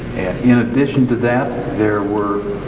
in addition to that there were